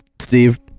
Steve